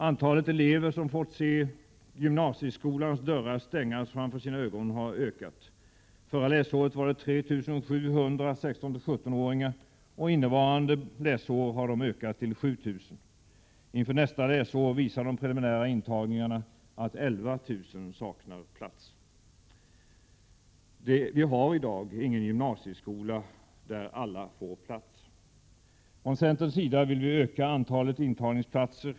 Antalet elever som fått se gymnasieskolans dörrar stängas framför sina ögon har ökat. Förra läsåret var det 3 700 stycken 16-17-åringar, och innevarande läsår har siffran ökat till 7 000. Inför nästa läsår visar de preliminära intagningarna att 11 000 saknar plats. Det som vi har i dag är ingen gymnasieskola där alla får plats. Från centerns sida vill vi öka antalet intagningsplatser.